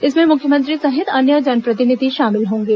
इसमें मुख्यमंत्री सहित अन्य जनप्रतिनिधि शामिल होंगे